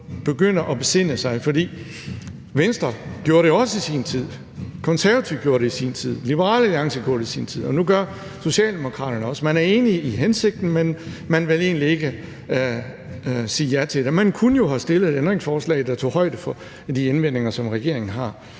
begynde at besinde sig, for Venstre gjorde det også i sin tid, Konservative gjorde det i sin tid, Liberal Alliance gjorde det i sin tid, og nu gør Socialdemokraterne det også – man er enig i hensigten, men man vil egentlig ikke sige ja til det. Man kunne have stillet et ændringsforslag, der tog højde for de indvendinger, som regeringen har.